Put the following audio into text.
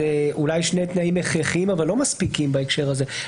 אלה אולי שני תנאים הכרחיים אבל לא מספיקים בהקשר הזה.